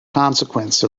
consequence